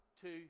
two